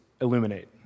illuminate